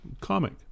comic